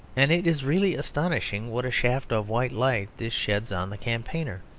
and it is really astonishing what a shaft of white light this sheds on the campaigner,